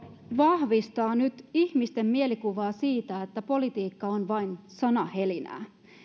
vahvistaa nyt ihmisten mielikuvaa siitä että politiikka on vain sanahelinää